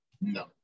No